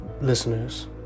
listeners